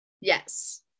Yes